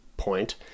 point